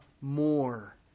more